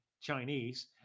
Chinese